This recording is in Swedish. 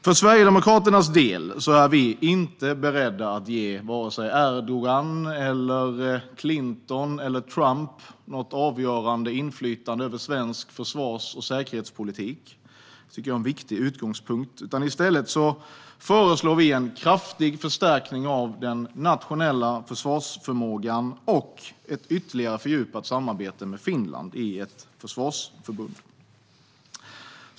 För Sverigedemokraternas del är vi inte beredda att ge vare sig Erdogan, Clinton eller Trump något avgörande inflytande över svensk försvars och säkerhetspolitik. Det tycker jag är en viktig utgångspunkt. I stället föreslår vi en kraftig förstärkning av den nationella försvarsförmågan och ett ytterligare fördjupat samarbete med Finland i ett försvarsförbund.